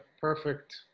perfect